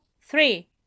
Three